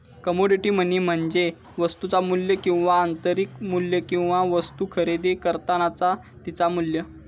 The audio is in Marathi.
कमोडिटी मनी म्हणजे वस्तुचा मू्ल्य किंवा आंतरिक मू्ल्य किंवा वस्तु खरेदी करतानाचा तिचा मू्ल्य